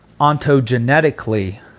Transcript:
ontogenetically